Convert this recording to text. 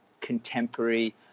contemporary